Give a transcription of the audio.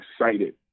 excited